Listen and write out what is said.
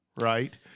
Right